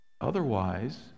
Otherwise